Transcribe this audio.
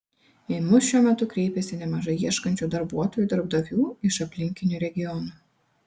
į mus šiuo metu kreipiasi nemažai ieškančių darbuotojų darbdavių iš aplinkinių regionų